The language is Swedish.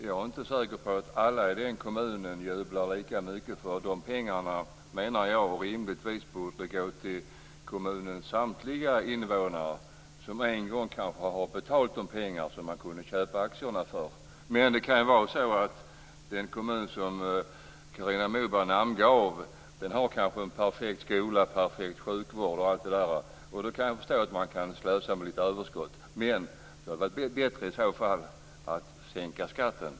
Jag är inte säker på att alla i den kommunen jublar lika mycket för de pengarna som, menar jag, rimligtvis borde gå till kommunens samtliga invånare som en gång kanske har betalat de pengar som man har kunnat köpa aktierna för. Men det kan vara så att den kommun som Carina Moberg namngav har en perfekt skola, perfekt sjukvård osv., och då kan jag förstå att man kan slösa på lite överskott. Men det hade varit bättre i så fall att sänka skatten.